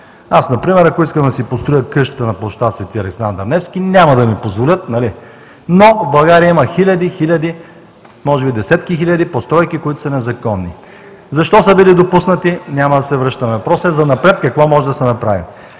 Например ако искам да си построя къща на площад „Свети Александър Невски“, няма да ми позволят. Но в България има хиляди, хиляди, може би десетки хиляди постройки, които са незаконни. Защо са били допуснати – няма да се връщаме. Въпросът е занапред какво може да се направи.